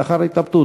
לאחר התלבטות,